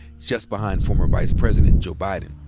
just behind former vice president joe biden.